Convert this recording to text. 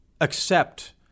Accept